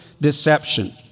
deception